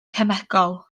cemegol